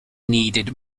needed